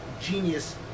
genius